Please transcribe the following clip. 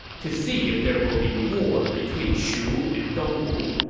to see if there will be war between shu and dongwu,